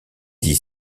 dit